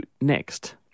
next